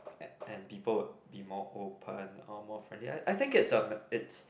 a~ and people would be more open or more friendly I I think it's um a it's